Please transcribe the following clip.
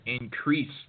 increase